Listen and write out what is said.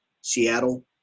Seattle